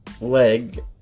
leg